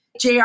JR